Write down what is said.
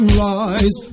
rise